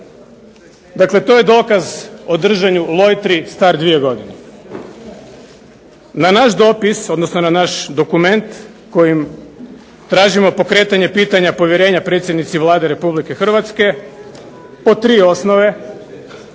Dakle, to je dokaz o držanju lojtri star dvije godine. Na naš dopis, odnosno na naš dokument kojim tražimo pokretanje pitanja povjerenja predsjednici Vlade Republike Hrvatske po tri osnove.